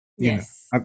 Yes